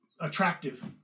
attractive